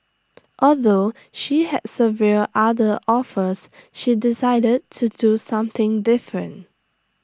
although she had several other offers she decided to do something different